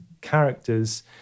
characters